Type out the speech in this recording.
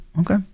okay